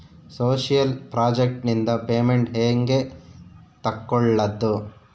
Social project ನಿಂದ payment ಹೆಂಗೆ ತಕ್ಕೊಳ್ಳದು?